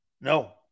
No